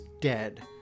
dead